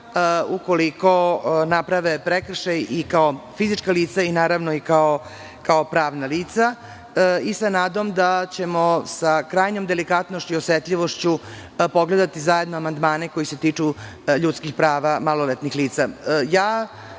ukoliko naprave prekršaj i kao fizička lica i kao pravna lica i sa nadom da ćemo sa krajnjom delikatnošću i osetljivošću pogledati zajedno amandmane koji se tiču ljudskih prava maloletnih